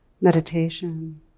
meditation